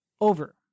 over